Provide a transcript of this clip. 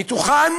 ומתוכן